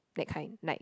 that kind like